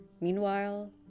Meanwhile